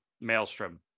Maelstrom